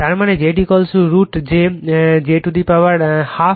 তার মানে z √ j j to the power half